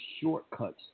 shortcuts